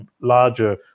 larger